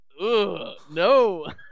No